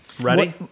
Ready